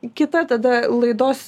kita tada laidos